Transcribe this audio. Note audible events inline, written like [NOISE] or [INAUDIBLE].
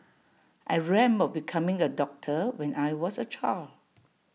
I [UNINTELLIGIBLE] of becoming A doctor when I was A child